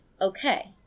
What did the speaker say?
okay